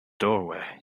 doorway